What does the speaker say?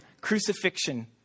crucifixion